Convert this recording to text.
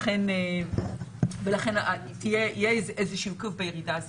ולכן יהיה איזשהו --- בירידה הזאת.